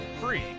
free